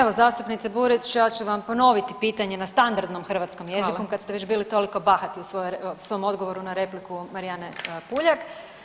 Evo zastupnice Burić ja ću vam ponoviti pitanje na standardnom hrvatskom jeziku kada ste već bili toliko bahati u svom odgovoru na repliku Marijane Puljak.